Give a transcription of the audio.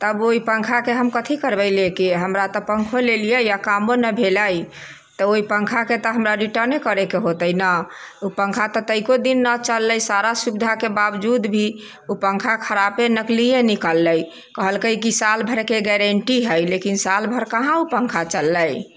तब ओहि पंखा के हम कथी करबै लेके हमरा तऽ पंखो लेलियै आ कामो नहि भेलै तऽ ओहि पंखा के तऽ हमरा रिटर्ने करै के होतै न ओ पंखा तऽ एको दिन न चललै सारा सुविधा के बाबजूद भी ओ पंखा खरापे निकलिये निकलै कहलकै की साल भरि के गारेण्टी है लेकिन साल भर कहाँ ओ पंखा चललै